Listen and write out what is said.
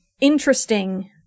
interesting